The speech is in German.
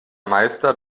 meister